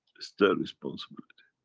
it's their responsibility.